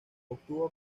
obtuvo